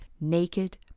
naked